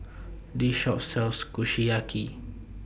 This Shop sells Kushiyaki